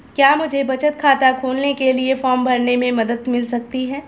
क्या मुझे बचत खाता खोलने के लिए फॉर्म भरने में मदद मिल सकती है?